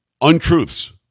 untruths